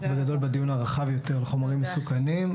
אנחנו בגדול בדיון הרחב יותר לחומרים מסוכנים,